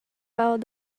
felt